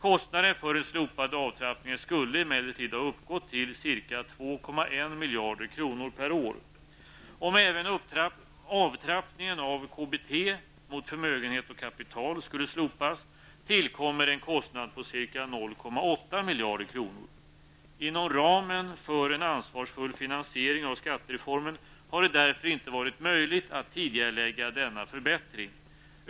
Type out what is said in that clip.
Kostnaden för den slopade avtrappningen skulle emellertid ha uppgått till ca 2,1 miljarder kronor per år. Om även avtrappningen av KBT mot förmögenhet och kapital skulle slopas tillkommer en kostnad på ca 0,8 miljarder kronor. Inom ramen för en ansvarsfull finansiering av skattereformen har det därför inte varit möjligt att tidigarelägga denna förbättring.